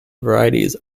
varieties